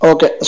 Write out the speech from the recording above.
Okay